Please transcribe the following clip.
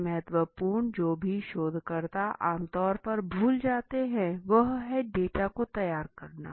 सबसे महत्वपूर्ण चीज़ जो सभी शोधकर्ता आम तौर पर भूल जाते हैं वह हैं डेटा को तैयार करना